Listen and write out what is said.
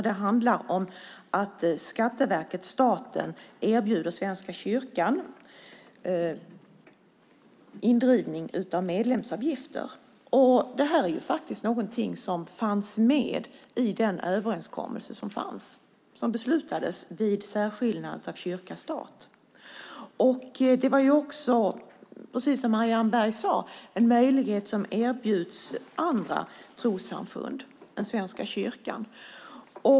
Det handlar om att Skatteverket, staten, erbjuder Svenska kyrkan indrivning av medlemsavgifter. Detta fanns faktiskt med i den överenskommelse som gjordes vid särskiljandet av kyrka och stat. Som Marianne Berg sade var det en möjlighet som även erbjöds andra trossamfund än Svenska kyrkan.